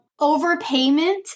overpayment